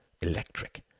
electric